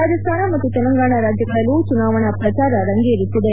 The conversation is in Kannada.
ರಾಜಸ್ತಾನ ಮತ್ತು ತೆಲಂಗಾಣ ರಾಜ್ಯಗಳಲ್ಲೂ ಚುನಾವಣಾ ಪ್ರಚಾರ ರಂಗೇರುತ್ತಿದೆ